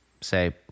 Say